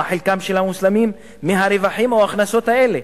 מה חלקם של המוסלמים מהרווחים או ההכנסות האלה.